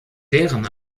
deren